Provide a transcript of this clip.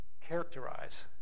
characterize